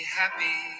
happy